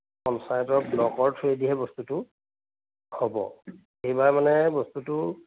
পঞ্চায়তৰ ব্লকৰ থ্ৰুৱেদিহে বস্তুটো হ'ব এইবাৰ মানে বস্তুটো